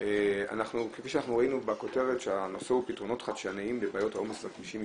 הנושא הוא פתרונות חדשניים לבעיית העומס בכבישים,